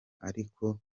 ariko